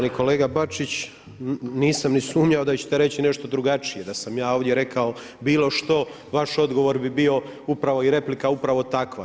Poštovani kolega Bačić, nisam ni sumnjao da ćete reći nešto drugačije, da sam ja ovdje rekao bilo što, vaš odgovor bi bio, upravo i replika upravo takva.